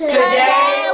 Today